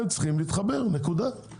הם צריכים להתחבר, נקודה.